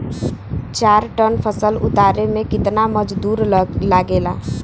चार टन फसल उतारे में कितना मजदूरी लागेला?